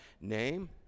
name